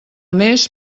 més